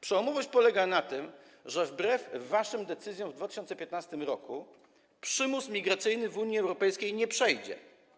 Przełomowość polega na tym, że wbrew waszym decyzjom z 2015 r. przymus migracyjny w Unii Europejskiej nie przejdzie.